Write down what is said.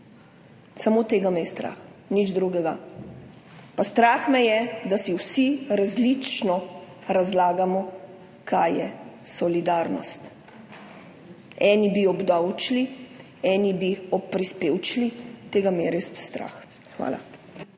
samo tega me je strah, nič drugega. Pa strah me je, da si vsi različno razlagamo, kaj je solidarnost. Eni bi obdavčili, eni bi oprispevčili. Tega me je res strah. Hvala.